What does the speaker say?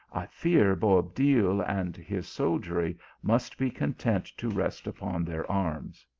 i fear boabdil and his soldiery must be content to rest upon their arms.